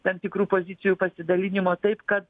tam tikrų pozicijų pasidalinimo taip kad